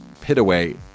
Pitaway